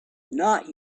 not